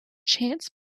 chance